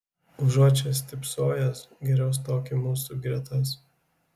užuot čia stypsojęs geriau stok į mūsų gretas